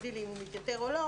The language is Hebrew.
תגידי לי אם הוא מתייתר או לא